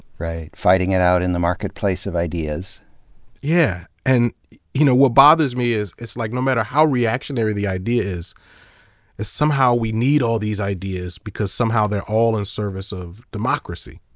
right. fighting it out in the marketplace of ideas yeah. and you know what bothers me is, it's like no matter how reactionary the idea is, that somehow we need all these ideas because somehow they're all in service of democracy.